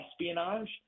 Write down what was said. espionage